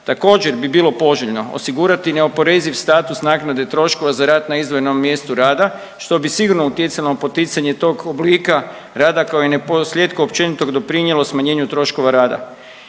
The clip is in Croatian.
Također bi bilo poželjno osigurati neoporeziv status naknade troškova za rad na izdvojenom mjestu rada što bi sigurno utjecalo na poticanje tog oblika rada kao i naposljetku općenito doprinijelo smanjenju troškova rada.